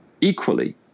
equally